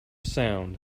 sound